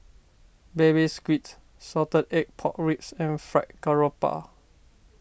Baby Squid Salted Egg Pork Ribs and Fried Garoupa